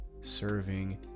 serving